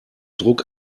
druck